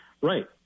Right